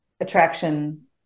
attraction